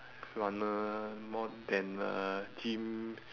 runner more than uh gym